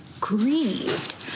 grieved